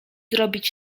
zrobić